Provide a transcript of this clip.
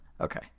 Okay